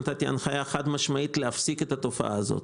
נתתי הנחיה להפסיק את התופעה הזאת.